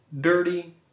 dirty